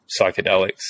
psychedelics